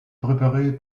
préparé